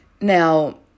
Now